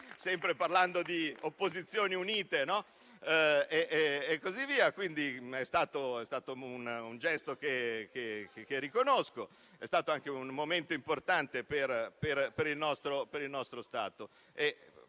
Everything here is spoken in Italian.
sempre parlando di opposizioni unite. È stato un gesto che riconosco. È stato anche un momento importante per il nostro Stato